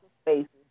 spaces